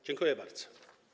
Dziękuję bardzo.